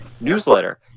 newsletter